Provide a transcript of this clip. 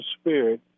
Spirit